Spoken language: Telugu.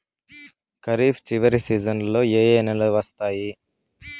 ఖరీఫ్ చివరి సీజన్లలో ఏ ఏ నెలలు వస్తాయి